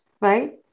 right